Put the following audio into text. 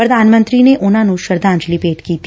ਪ੍ਰਧਾਨ ਮੰਤਰੀ ਨੇ ਉਨੂਾਂ ਨੂੰ ਸ਼ਰਧਾਂਜ਼ਲੀ ਭੇਂਟ ਕੀਤੀ